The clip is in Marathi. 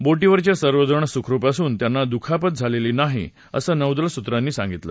बोटीवरचे सर्वजण सुखरुप असून त्यांना दुखापत झालेली नाही असं नौदल सूत्रांनी सांगितलं